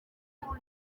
uko